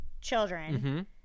children